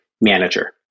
manager